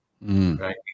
right